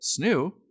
Snoo